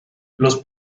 los